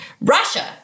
Russia